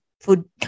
food